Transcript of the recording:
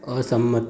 અસંમત